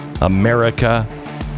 America